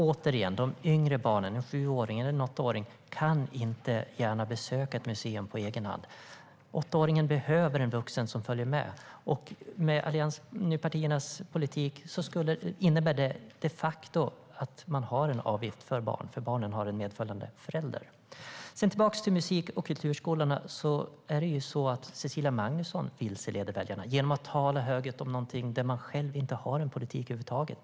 Återigen: De yngre barnen, en sju eller åttaåring, kan inte gärna besöka ett museum på egen hand. Åttaåringen behöver en vuxen som följer med. Med allianspartiernas politik innebär det de facto en avgift för barn, för barnen har en medföljande förälder. För att gå tillbaka till musik och kulturskolorna vilseleder Cecilia Magnusson väljarna genom att tala högljutt om någonting där man själv inte har en politik över huvud taget.